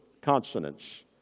consonants